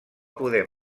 poder